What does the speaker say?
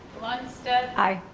lundstedt. i.